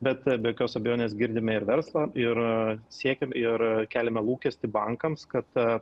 bet be jokios abejonės girdime ir verslą ir siekiam ir keliame lūkestį bankams kad